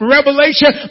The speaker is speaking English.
Revelation